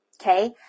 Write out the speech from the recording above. Okay